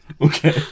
Okay